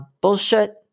bullshit